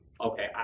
okay